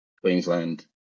Queensland